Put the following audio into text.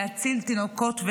להציל תינוקות,